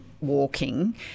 walking